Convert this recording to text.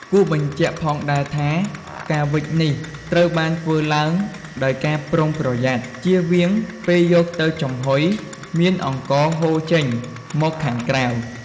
គួរបញ្ជាក់ផងដែរថា ការវេចនេះត្រូវបានធ្វើឡើងដោយមានការប្រុងប្រយ័ត្ន ជៀសវាងពេលយកទៅចំហុយមានអង្ករហូរចេញមកខាងក្រៅ។